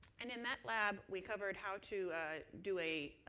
and in that lab we covered how to do a